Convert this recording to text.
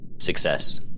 Success